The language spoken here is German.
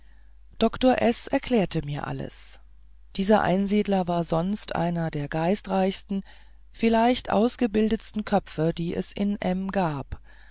doktor s erklärte mir alles dieser einsiedler war sonst einer der geistreichsten vielseitig ausgebildetsten köpfe die es in m gab